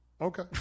Okay